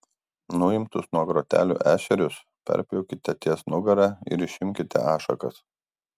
nuimtus nuo grotelių ešerius perpjaukite ties nugara ir išimkite ašakas